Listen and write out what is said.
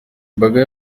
imbaga